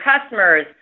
customers